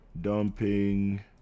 dumping